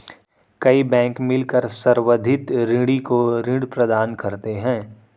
कई बैंक मिलकर संवर्धित ऋणी को ऋण प्रदान करते हैं